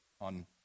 on